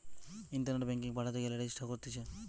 ইন্টারনেটে ব্যাঙ্কিং পাঠাতে গেলে রেজিস্টার করতিছে